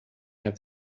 have